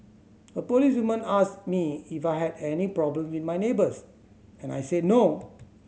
a policewoman asked me if I had any problem with my neighbours and I said no